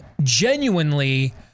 genuinely